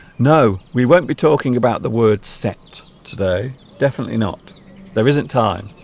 no we won't be talking about the word set today definitely not there isn't time